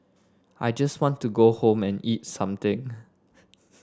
I just want to go home and eat something